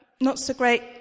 not-so-great